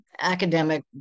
academic